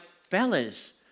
fellas